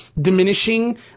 Diminishing